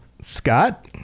scott